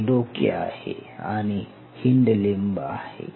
हे डोके आहे आणि हिंड लिंब आहे